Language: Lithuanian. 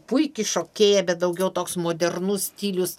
puiki šokėja bet daugiau toks modernus stilius